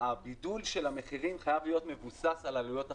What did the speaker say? של המחירים חייב להיות מבוסס על עלויות החלוקה.